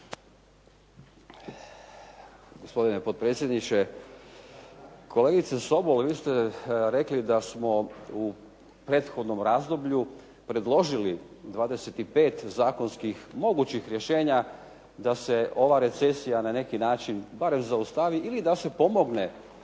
Gospodine potpredsjedniče. Kolegice Sobol vi ste rekli da smo u prethodnom razdoblju predložili 25 zakonskih mogućih rješenja da se ova recesija na neki način barem zaustavi ili da se pomogne